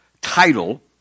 title